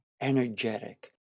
energetic